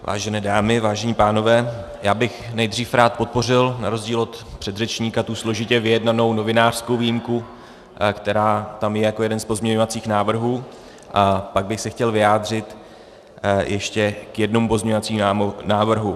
Vážené dámy, vážení pánové, já bych nejdřív rád podpořil na rozdíl od předřečníka tu složitě vyjednanou novinářskou výjimku, která tam je jako jeden z pozměňovacích návrhů, a pak bych se chtěl vyjádřit ještě k jednomu pozměňovacímu návrhu.